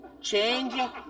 Change